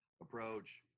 approach